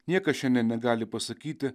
niekas šiandien negali pasakyti